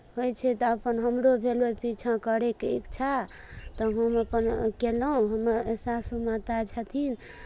होइ छै तऽ अपन हमरो भेल ओहि पीछाँ करैके इच्छा तऽ हम अपन कयलहुँ हमर सासू माता छथिन